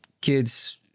kids